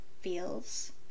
feels